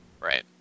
right